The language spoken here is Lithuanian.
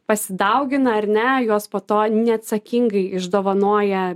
pasidaugina ar ne juos po to neatsakingai išdovanoja